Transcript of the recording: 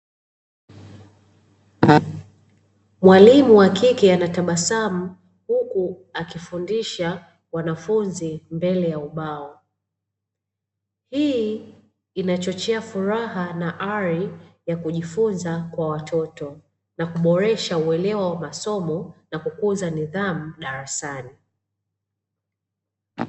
Mwalimu wa kike anatabasamu huku akifundisha wanafunzi mbele ya ubao, hii inachochea furaha na ari ya kujifunza kwa watoto na kuboresha uelewa wa masomo na kukuza nidhamu darasani.